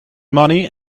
money